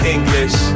English